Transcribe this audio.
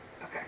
Okay